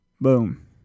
Boom